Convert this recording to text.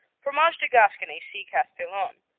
fromage de gascony see castillon.